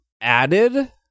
added